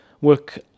work